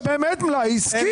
זה באמת מלאי עסקי.